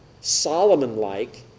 Solomon-like